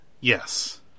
Yes